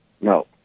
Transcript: No